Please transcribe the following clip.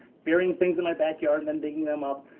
burying things in my backyard and then digging them up.